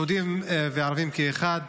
יהודים וערבים כאחד.